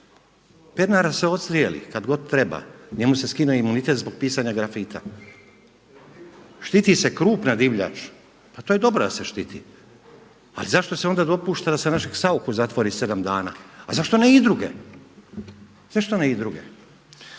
Pernara se odstrijeli kad god treba, njemu se skine imunitet zbog pisanja grafita. Štiti se krupna divljač. Pa to je dobro da se štiti. Ali zašto se onda dopušta da se našeg Sauchu zatvori 7 dana? A zašto ne i druge? Zašto ne i druge?